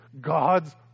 God's